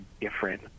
different